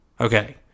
Okay